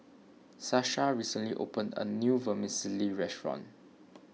Sasha recently opened a new Vermicelli restaurant